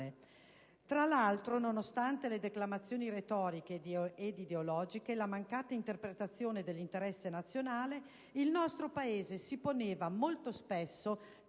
Fra l'altro, nonostante le declamazioni retoriche ed ideologiche e la mancata interpretazione dell'interesse nazionale, il nostro Paese si poneva molto spesso tra